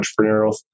entrepreneurial